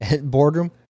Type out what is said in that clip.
Boardroom